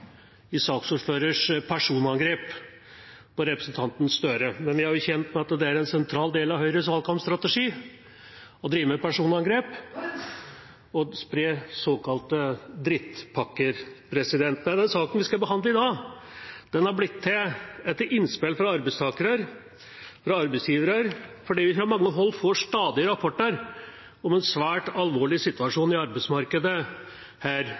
i saksordførerens personangrep på representanten Gahr Støre. Men vi har blitt kjent med at det er en sentral del av Høyres valgkampstrategi å drive med personangrep og spre såkalte drittpakker. Denne saken vi skal behandle i dag, er blitt til etter innspill fra arbeidstakere og arbeidsgivere fordi vi fra mange hold stadig får rapporter om en svært alvorlig situasjon i arbeidsmarkedet her